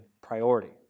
priority